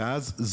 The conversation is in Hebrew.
ואז מה?